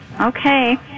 Okay